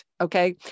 Okay